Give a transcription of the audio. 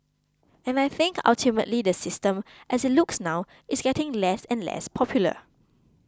and I think ultimately the system as it looks now is getting less and less popular